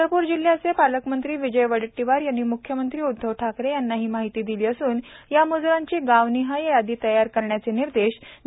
चंद्रपूर जिल्ह्याचे पालकमंत्री विजय वडेट्टीवार यांनी मुख्यमंत्री उद्धव ठाकरे यांना माहिती दिली असून या मज्रांची गाव निहाय यादी तयार करण्याचे निर्देश जिल्हाधिकारी डॉ